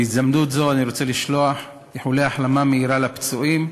בהזדמנות זו אני רוצה לשלוח איחולי החלמה מהירה לפצועים.